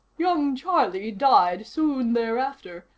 young charlie died soon thereafter,